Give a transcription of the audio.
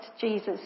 Jesus